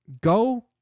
Go